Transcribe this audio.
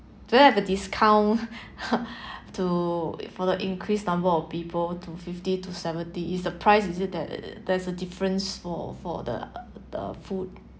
do I have the discount !huh! to further increase number of people to fifty to seventy is the price is it that there is a difference for for the the food